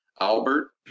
Albert